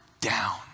down